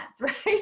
right